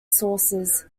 sources